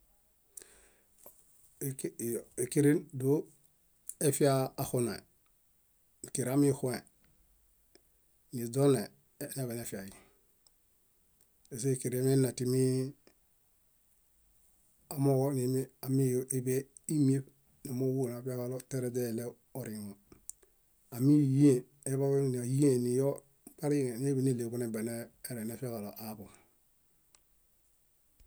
Ékeren dóo efiakunae ékereamikũe, niźonee eñaḃanefiai ázoekeren enatimi amooġo nami amiḃe ímieṗ ameṗ amooġo úlu úlu nafiaġalo tiare źileɭew oriŋo ámiyiẽ aḃamoimi áyiẽ nirobariŋe eñaḃaneɭeġu némbienereŋ nefiaġalo aḃom.